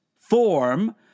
form